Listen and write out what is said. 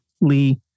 Lee